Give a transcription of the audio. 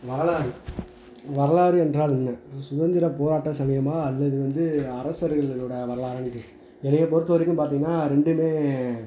வரலாறு வரலாறு என்றால் என்ன சுதந்திர போராட்ட சமயமாக அல்லது வந்து அரசர்களோடய வரலாறானு கேட் என்னை பொறுத்த வரைக்கும் பார்த்தீங்கன்னா ரெண்டுமே